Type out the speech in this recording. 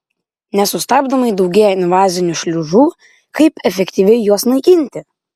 nesustabdomai daugėja invazinių šliužų kaip efektyviai juos naikinti